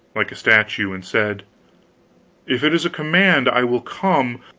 like a statue, and said if it is a command, i will come,